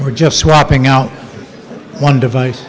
are just swapping out one device